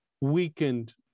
weakened